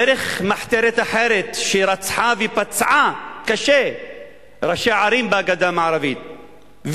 דרך מחתרת אחרת שרצחה ופצעה קשה ראשי ערים בגדה המערבית,